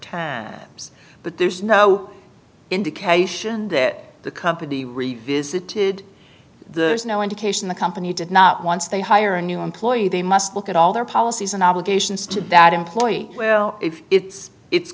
tabs but there's no indication that the company revisited the is no indication the company did not once they hire a new employee they must look at all their policies and obligations to that employee well if it's it's